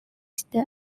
the